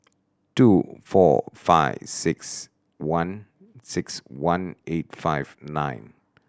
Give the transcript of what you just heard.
two four five six one six one eight five nine